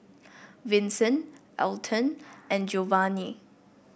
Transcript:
Vinson Alton and Geovanni